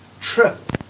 trip